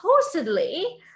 supposedly